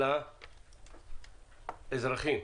האזרחים.